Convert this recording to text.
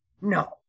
No